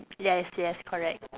yes yes correct